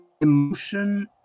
Emotion